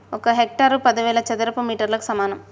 ఒక హెక్టారు పదివేల చదరపు మీటర్లకు సమానం